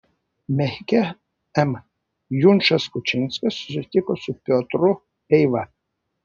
mechike m junčas kučinskas susitiko su piotru eiva